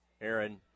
Aaron